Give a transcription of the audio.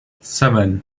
seven